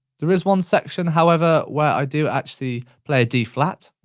there is one section, however, where i do actually play a d flat.